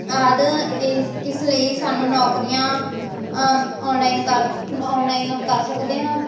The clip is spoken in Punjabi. ਆਦਿ ਇਸ ਇਸ ਲਈ ਸਾਨੂੰ ਨੌਕਰੀਆਂ ਆਨਲਾਈਨ ਕਰ ਆਨਲਾਈਨ ਕਰ ਸਕਦੇ ਹਾਂ